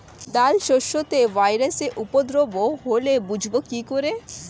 ডাল শস্যতে ভাইরাসের উপদ্রব হলে বুঝবো কি করে?